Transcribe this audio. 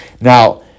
Now